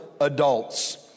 adults